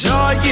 Joy